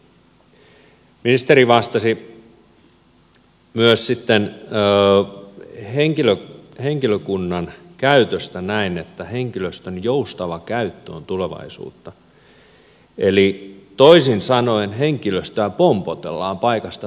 ministeri vastasi myös sitten henkilökunnan käytöstä näin että henkilöstön joustava käyttö on tulevaisuutta eli toisin sanoen henkilöstöä pompotellaan paikasta toiseen